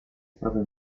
sprawia